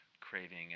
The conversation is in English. craving